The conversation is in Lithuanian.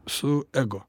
su ego